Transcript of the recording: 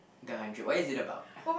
the Hundred what is it about